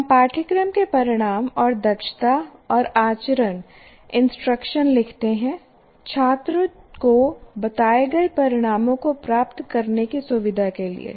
हम पाठ्यक्रम के परिणाम और दक्षता और आचरण इंस्ट्रक्शन लिखते हैं छात्र को बताए गए परिणामों को प्राप्त करने की सुविधा के लिए